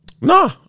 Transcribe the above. Nah